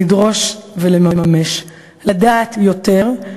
לדרוש ולממש: לדעת יותר,